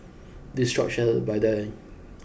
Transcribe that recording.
this shop sells Vadai